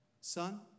son